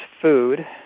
food